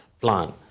plan